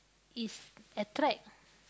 is attract